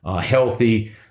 healthy